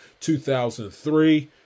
2003